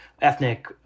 ethnic